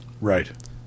Right